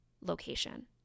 location